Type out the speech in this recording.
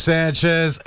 Sanchez